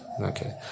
Okay